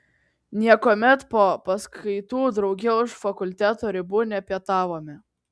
niekuomet po paskaitų drauge už fakulteto ribų nepietavome